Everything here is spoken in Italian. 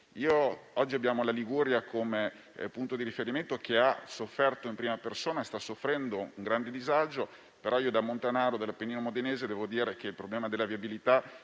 Oggi abbiamo la Liguria come punto di riferimento, che ha sofferto in prima persona e sta soffrendo un grande disagio, però, da montanaro dell'Appennino modenese, devo dire che il problema della viabilità